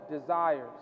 desires